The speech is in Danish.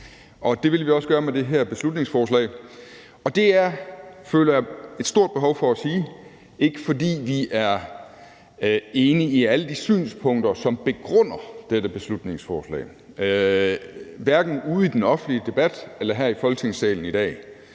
det vil vi også gøre med det her beslutningsforslag, og det føler jeg et stort behov for at sige, og det er ikke, fordi vi er enige i alle de synspunkter, som begrunder dette beslutningsforslag, hverken ude i den offentlige debat eller her i Folketingssalen i dag.